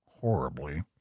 horribly